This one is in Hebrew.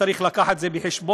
צריך להביא את זה בחשבון,